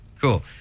Cool